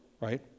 right